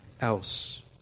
else